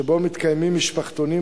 שבו מתקיימים משפחתונים,